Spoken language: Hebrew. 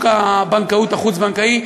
בשוק הבנקאות החוץ-הבנקאי,